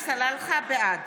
סלאלחה, בעד.